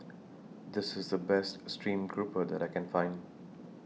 This IS The Best Stream Grouper that I Can Find